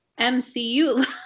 MCU